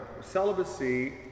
celibacy